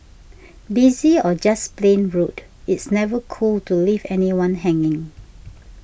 busy or just plain rude it's never cool to leave anyone hanging